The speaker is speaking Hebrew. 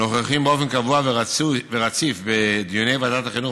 נוכחים באופן קבוע ורציף בדיוני ועדת החינוך,